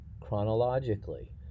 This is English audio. chronologically